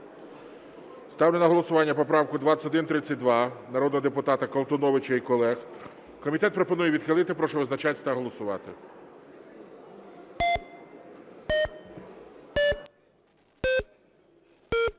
Ставлю на голосування поправку 2132 народного депутата Колтуновича і колег. Комітет пропонує відхилити. Прошу визначатися та голосувати.